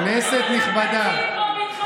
כנסת נכבדה, תקציב או ביטחון המדינה.